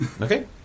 Okay